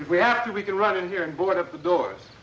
we actually we can run in here and board up the doors